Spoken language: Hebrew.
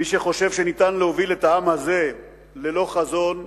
מי שחושב שניתן להוביל את העם הזה ללא חזון,